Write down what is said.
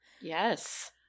Yes